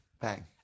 Bang